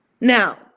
Now